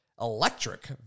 electric